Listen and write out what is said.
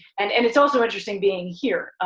and and it's also interesting being here,